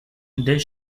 this